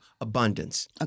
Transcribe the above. abundance